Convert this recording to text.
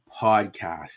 podcast